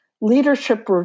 Leadership